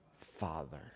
Father